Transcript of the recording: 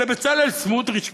לחבר הכנסת בצלאל סמוטריץ,